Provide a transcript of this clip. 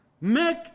make